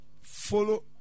Follow